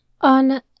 on